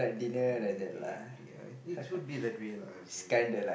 uh maybe lah it should be that way lah